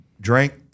drank